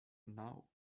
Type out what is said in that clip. now